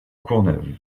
courneuve